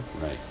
Right